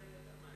זמן.